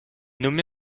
nommé